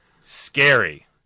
scary